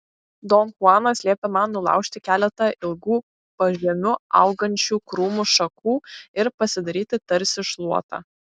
don chuanas liepė man nulaužti keletą ilgų pažemiu augančių krūmų šakų ir pasidaryti tarsi šluotą